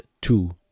two